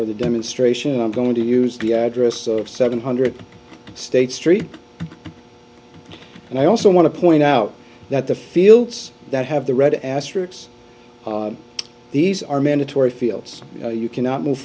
for the demonstration i'm going to use the address of seven hundred state street and i also want to point out that the fields that have the red asterix these are mandatory fields you cannot move